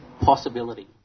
possibility